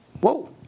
Whoa